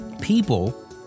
people